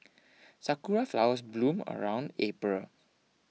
sakura flowers bloom around April